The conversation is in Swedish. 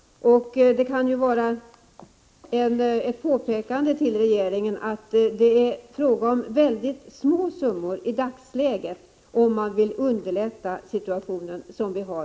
Detta kan vara ett påpekande till regeringen om att det i dagsläget är fråga om mycket små summor om man vill underlätta den situation som vi har.